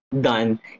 done